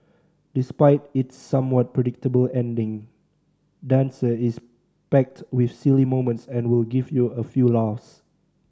despite its somewhat predictable ending dancer is packed with silly moments and will give you a few laughs